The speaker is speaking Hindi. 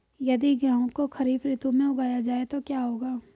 यदि गेहूँ को खरीफ ऋतु में उगाया जाए तो क्या होगा?